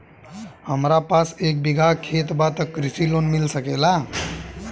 हमरा पास एक बिगहा खेत बा त कृषि लोन मिल सकेला?